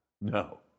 No